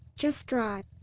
just drive.